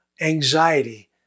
anxiety